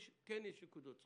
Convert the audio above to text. שם כן יש נקודות זכות.